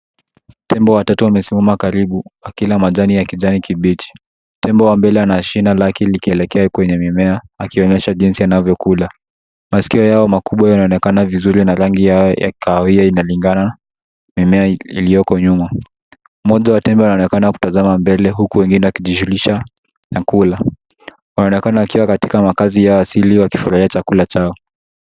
Tembo watatu wame simama karibu wakila majani yq kijani kibichi. Tembo wa mbele ana shina lake likielekea kwenye mimea akionyesha jinsi anavyo kula. Maskio yao makubwa yanaonekana vizuri na rangi yao ya kahawia inalingana mimea iliyoko nyuma. Moja wa tembo anaonekana kutazama mbele huku wengine wakijishulisha na kula. Wanaonekana wakiwa katika makazi yao asili wakifurahia chakula chao.